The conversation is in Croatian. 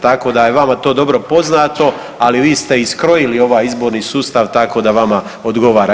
Tako da je vama to dobro poznato, ali vi ste i skrojili ovaj izborni sustav, tako da vama odgovara.